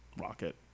Rocket